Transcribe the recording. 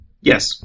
Yes